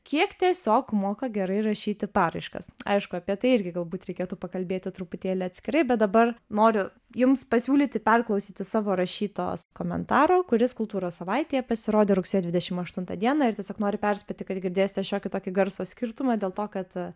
kiek tiesiog moka gerai rašyti paraiškas aišku apie tai irgi galbūt reikėtų pakalbėti truputėlį atskirai bet dabar noriu jums pasiūlyti perklausyti savo rašytos komentaro kuris kultūros savaitėje pasirodė rugsėjo dvidešimt aštuntą dieną ir tiesiog noriu perspėti kad girdėsite šiokį tokį garso skirtumą dėl to kad